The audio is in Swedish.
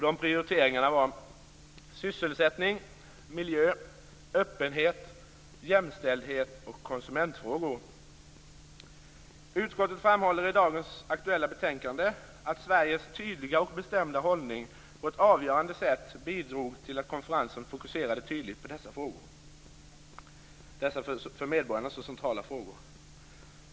De prioriteringarna var sysselsättning, miljö, öppenhet, jämställdhet och konsumentfrågor. Utskottet framhåller i dagens betänkande att Sveriges tydliga och bestämda hållning på ett avgörande sätt bidrog till att konferensen fokuserade tydligt på dessa för medborgarna så centrala frågor.